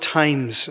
times